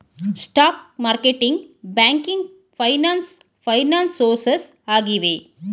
stock marketing, banking finance finance sources ಆಗಿವೆ